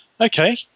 okay